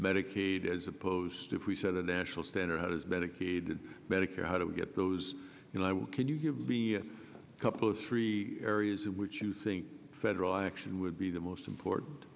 medicaid as opposed to if we set a national standard how does medicaid medicare how do we get those you know i will can you give me a couple of three areas in which you think federal action would be the most important